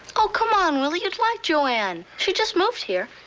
oh, come on, willie, you'd like joanne. she just moved here.